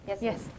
Yes